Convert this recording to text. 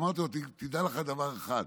ואמרתי לו: תדע לך דבר אחד,